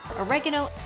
oregano,